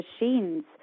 machines